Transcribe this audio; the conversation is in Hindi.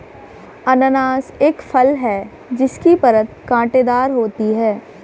अनन्नास एक फल है जिसकी परत कांटेदार होती है